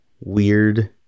weird